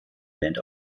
band